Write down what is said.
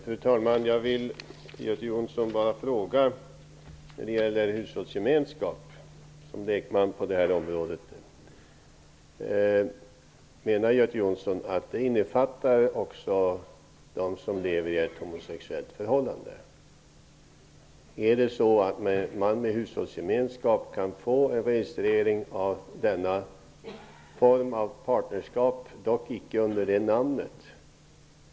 Fru talman! Som lekman på det här området vill jag fråga Göte Jonsson om han menar att hushållsgemenskap innefattar också dem som lever i ett homosexuellt förhållande? Kan man med en lagstiftning om hushållsgemenskap få en registrering också av denna form av partnerskap, låt vara att det inte blir under det namnet?